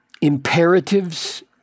imperatives